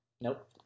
Nope